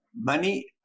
money